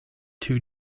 too